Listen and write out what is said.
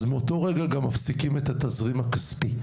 אז מאותו רגע גם מפסיקים את התזרים הכספי.